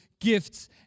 Gifts